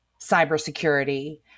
cybersecurity